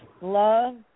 love